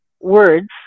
words